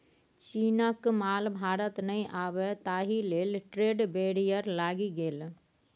चीनक माल भारत नहि आबय ताहि लेल ट्रेड बैरियर लागि गेल